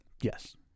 Yes